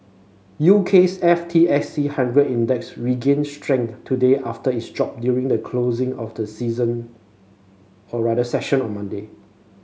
UK's F T S E hundred Index regained strength today after its drop during the closing of the season session on Monday